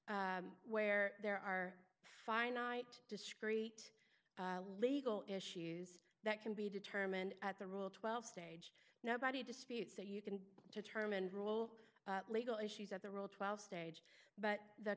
where there are finite discrete legal issues that can be determined at the rule twelve stage nobody disputes that you can determine rule legal issues at the rule twelve stage but th